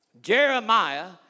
Jeremiah